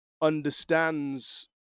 understands